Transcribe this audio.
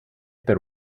per